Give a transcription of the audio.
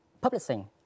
publishing